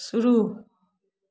शुरू